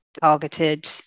targeted